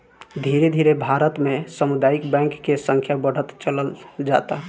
धीरे धीरे भारत में सामुदायिक बैंक के संख्या बढ़त चलल जाता